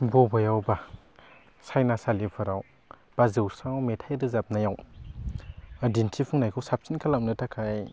बबायावबा साइनासालिफोराव बा जौस्राङाव मेथाय रोजाबनायाव दिन्थिफुंनायखौ साबसिन खालामनो थाखाय